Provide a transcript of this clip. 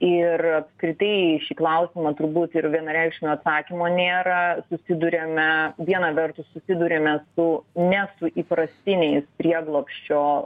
ir apskritai į šį klausimą turbūt ir vienareikšmio atsakymo nėra susiduriame viena vertus susiduriame su ne su įprastiniais prieglobsčio